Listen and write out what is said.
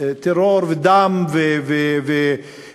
טרור ודם והרוגים.